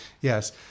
Yes